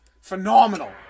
phenomenal